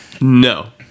no